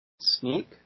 sneak